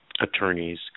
attorneys